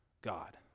God